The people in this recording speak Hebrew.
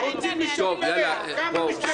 אנחנו,